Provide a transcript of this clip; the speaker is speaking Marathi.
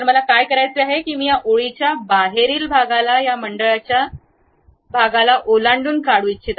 मला काय करायचे आहे की मी या ओळीच्या बाहेरील भागाला त्या मंडळाच्या ओलांडून काढू इच्छित आहे